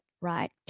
right